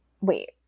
wait